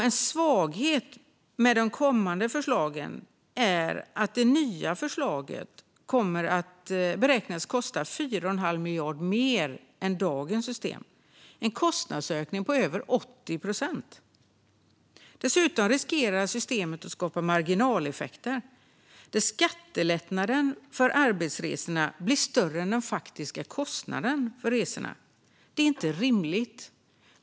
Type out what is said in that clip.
En svaghet med de kommande förslagen är att det nya förslaget beräknas kosta 4,5 miljarder mer än dagens system. Det är en kostnadsökning på över 80 procent. Dessutom riskerar systemet att skapa marginaleffekter där skattelättnaden för arbetsresorna blir större än den faktiska kostnaden för resorna. Det är inte rimligt.